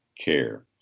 care